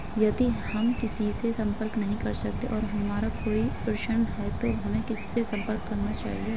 यदि हम किसी से संपर्क नहीं कर सकते हैं और हमारा कोई प्रश्न है तो हमें किससे संपर्क करना चाहिए?